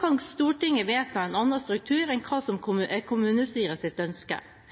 kan Stortinget vedta en annen struktur enn det som er kommunestyrets ønske.